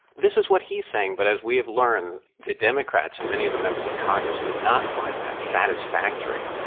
this is what he's saying. but as we have learned, the democrats and many of the members of congress did not find that satisfactory.